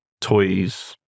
toys